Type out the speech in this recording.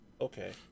Okay